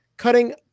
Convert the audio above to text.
Cutting